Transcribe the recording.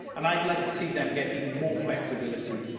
and i'd like to see them get even more flexibility,